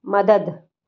मददु